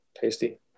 Tasty